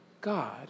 God